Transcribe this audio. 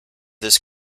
this